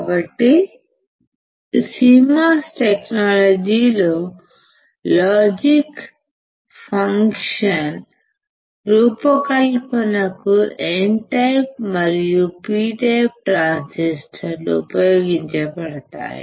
కాబట్టి CMOS టెక్నాలజీలో logic ఫంక్షన్ల రూపకల్పనకు N టైపు మరియు P టైపు ట్రాన్సిస్టర్లు ఉపయోగించబడతాయి